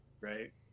Right